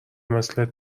مثل